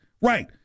Right